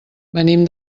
venim